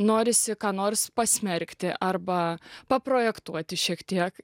norisi ką nors pasmerkti arba paprojektuoti šiek tiek